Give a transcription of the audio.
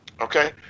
Okay